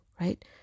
right